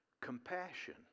compassion